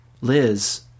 Liz